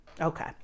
Okay